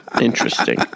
Interesting